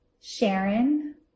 Sharon